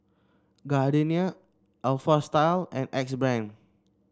Gardenia Alpha Style and Axe Brand